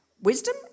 wisdom